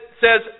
says